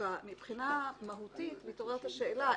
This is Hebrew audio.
מבחינה מהותית מתעוררת השאלה.